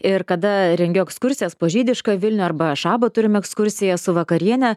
ir kada rengiu ekskursijas po žydišką vilnių arba šabo turim ekskursiją su vakariene